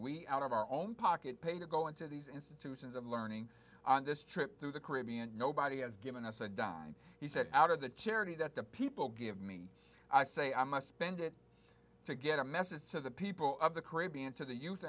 we out of our own pocket paid to go into these institutions of learning on this trip through the caribbean nobody has given us a dime he said out of the charity that the people give me i say i must spend it to get a message to the people of the caribbean to the youth